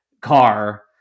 car